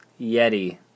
Yeti